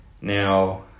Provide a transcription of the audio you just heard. Now